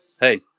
hey